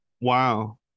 Wow